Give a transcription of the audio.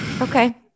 Okay